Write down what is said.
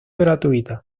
gratuita